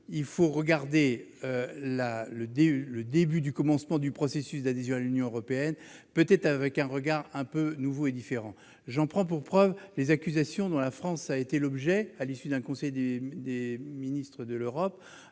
maintenant examiner le début du commencement du processus d'adhésion à l'Union européenne avec un regard quelque peu nouveau et différent. J'en veux pour preuve les accusations dont la France a fait l'objet à l'issue d'un conseil des ministres de l'Europe,